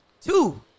two